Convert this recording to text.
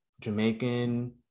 Jamaican